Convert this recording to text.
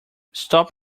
stop